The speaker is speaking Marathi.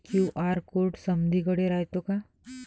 क्यू.आर कोड समदीकडे रायतो का?